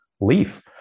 leaf